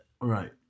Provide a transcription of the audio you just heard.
Right